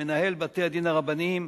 מנהל בתי-הדין הרבניים,